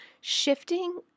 shifting